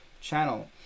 channel